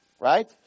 Right